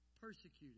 persecuted